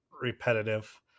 repetitive